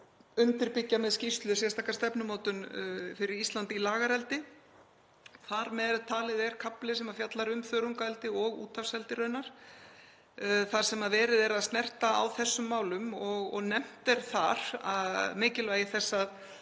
undirbyggja með skýrslu sérstaka stefnumótun fyrir Ísland í lagareldi, þar með talið er kafli sem fjallar um þörungaeldi og úthafseldi raunar þar sem verið er að snerta á þessum málum og nefnt er þar mikilvægi þess að